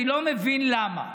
אני לא מבין למה.